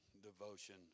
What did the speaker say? devotion